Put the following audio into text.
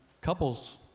couples